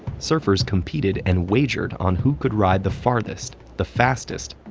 surfers competed and wagered on who could ride the farthest, the fastest,